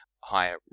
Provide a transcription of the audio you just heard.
higher